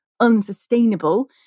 unsustainable